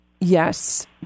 Yes